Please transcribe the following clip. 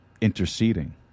interceding